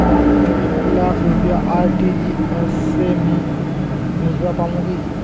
एक लाख रुपया आर.टी.जी.एस से मी भेजवा पामु की